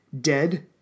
dead